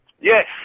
Yes